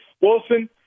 Wilson